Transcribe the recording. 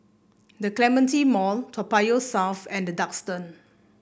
The Clementi Mall Toa Payoh South and The Duxton